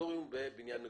קונסרבטוריון בבניין מגורים.